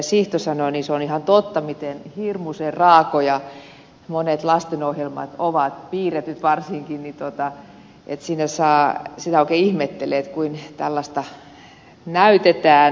sihto sanoi on ihan totta miten hirmuisen raakoja monet lastenohjelmat ovat piirretyt varsinkin sitä oikein ihmettelee kuinka tällaista näytetään